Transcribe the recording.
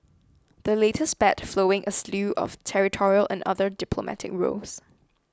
the latest spat flowing a slew of territorial and other diplomatic rows